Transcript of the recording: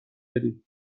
داری